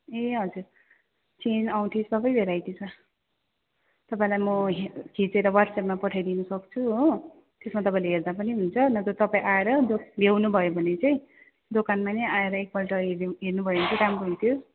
ए हजुर चेन औँठी सबै भेराइटी छ तपाईँलाई म खिचेर ह्वाट्सएपमा पठाइदिनु सक्छु हो त्यसमा तपाईँले हेर्दा पनि हुन्छ नत्र तपाईँ आएर भ्याउनुभयो भने चाहिँ दोकानमा नै आएर एकपल्ट हेर्दिन् हेर्नुभयो भने चाहिँ राम्रो हुन्थ्यो